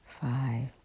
five